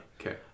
Okay